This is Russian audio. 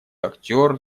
актер